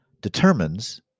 determines